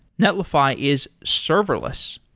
netlify is serverless.